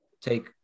take